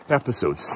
episode